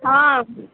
हँ